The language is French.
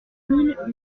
mille